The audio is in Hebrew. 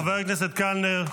חבר הכנסת קלנר.